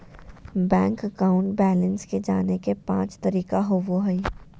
bank account balance के जाने के पांच तरीका होबो हइ